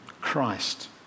Christ